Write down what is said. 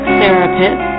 therapist